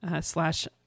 slash